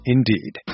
Indeed